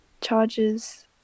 charges